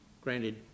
granted